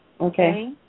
Okay